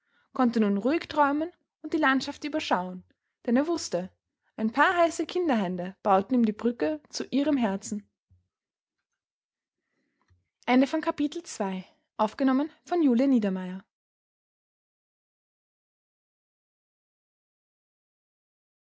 konnte nun ruhig träumen und die landschaft überschauen denn er wußte ein paar heiße kinderhände bauten ihm die brücke zu ihrem herzen